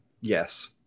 Yes